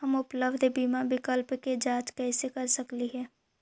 हम उपलब्ध बीमा विकल्प के जांच कैसे कर सकली हे?